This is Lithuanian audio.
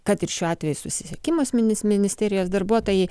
kad ir šiuo atveju susisiekimas minis ministerijos darbuotojai